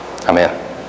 Amen